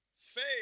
Faith